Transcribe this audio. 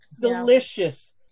Delicious